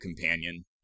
companion